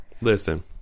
Listen